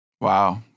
Wow